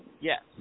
yes